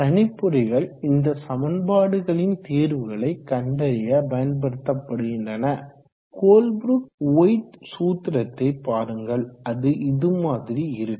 கணிப்பொறிகள் இந்த சமன்பாடுகளின் தீர்வுகளை கண்டறிய பயன்படுத்தப்படுகின்றன கோல்ப்ரூக் ஒயிட் சூத்திரத்தை பாருங்கள் அது இது மாதிரி இருக்கும்